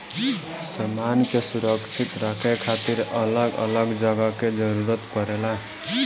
सामान के सुरक्षित रखे खातिर अलग अलग जगह के जरूरत पड़ेला